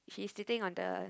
he's sitting on the